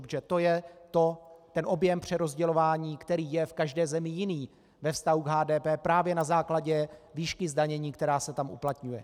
Protože to je to, ten objem přerozdělování, který je v každé zemi jiný ve vztahu k HDP právě na základě výšky zdanění, která se tam uplatňuje.